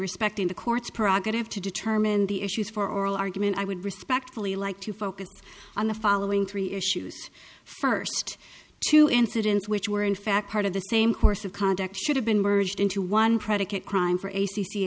respecting the court's prerogative to determine the issues for oral argument i would respectfully like to focus on the following three issues first two incidents which were in fact part of the same course of conduct should have been merged into one predicate crime for a